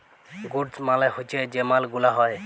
goods মালে হচ্যে যে মাল গুলা হ্যয়